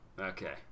Okay